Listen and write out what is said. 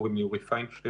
קוראים לי אורי פיינשטיין,